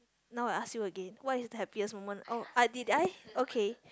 now I ask you again what is the happiest moment oh I did I okay